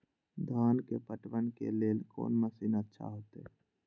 धान के पटवन के लेल कोन मशीन अच्छा होते?